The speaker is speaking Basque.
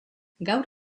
gaur